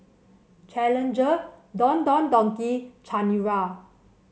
Challenger Don Don Donki Chanira